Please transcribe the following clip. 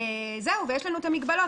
יש לנו את המגבלות,